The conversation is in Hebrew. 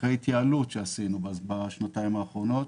אחרי התייעלות שעשינו בשנתיים האחרונות,